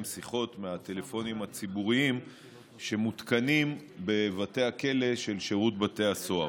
שיחות מהטלפונים הציבוריים שמותקנים בבתי הכלא של שירות בתי הסוהר.